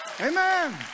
Amen